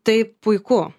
tai puiku